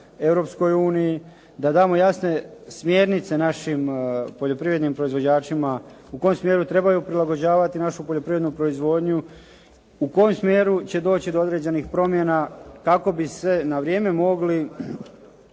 Europskoj uniji, da damo jasne smjernice našim poljoprivrednim proizvođačima u kojem smjeru trebaju prilagođavati našu poljoprivrednu proizvodnju, u kojem smjeru će doći do određenih promjena kako bi se na vrijeme mogli